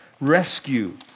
rescue